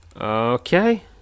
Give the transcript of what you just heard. Okay